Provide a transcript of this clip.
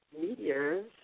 Meteors